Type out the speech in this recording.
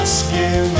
skin